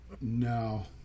No